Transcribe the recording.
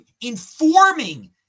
Informing